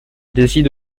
décide